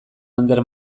ander